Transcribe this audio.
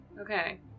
Okay